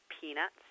peanuts